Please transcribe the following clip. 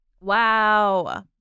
Wow